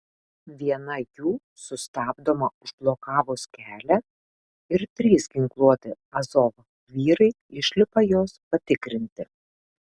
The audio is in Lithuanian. viena jų sustabdoma užblokavus kelią ir trys ginkluoti azov vyrai išlipa jos patikrinti